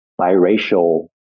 biracial